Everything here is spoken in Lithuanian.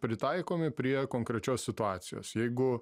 pritaikomi prie konkrečios situacijos jeigu